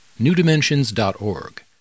newdimensions.org